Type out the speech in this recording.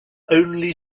only